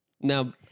now